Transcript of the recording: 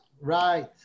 Right